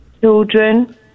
children